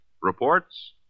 reports